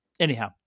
Anyhow